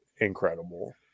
incredible